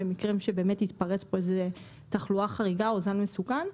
במקרים שבאמת יתפרצו כאן איזה תחלואה חריגה או זן מסוכן.